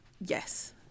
Yes